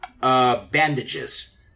Bandages